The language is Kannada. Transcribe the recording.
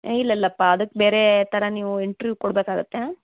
ಇಲ್ಲಲ್ಲಪ್ಪ ಅದಕ್ಕೆ ಬೇರೆ ಥರ ನೀವು ಇಂಟ್ರೀವ್ ಕೊಡಬೇಕಾಗುತ್ತೆ